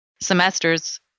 semesters